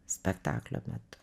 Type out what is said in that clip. spektaklio metu